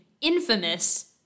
Infamous